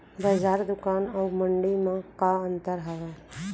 बजार, दुकान अऊ मंडी मा का अंतर हावे?